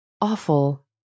Awful